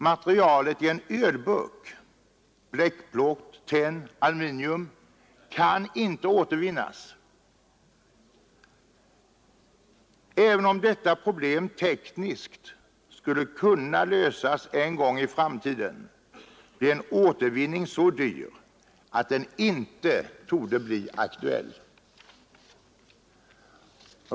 Materialet i en ölburk — bleckplåt, tenn, aluminium — kan inte återvinnas. Även om detta problem tekniskt skulle kunna lösas i en framtid, blir en återvinning så dyr att den icke torde bli aktuell.